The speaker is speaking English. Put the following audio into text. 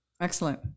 Excellent